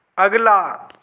अगला